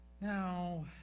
Now